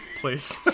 please